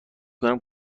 کنم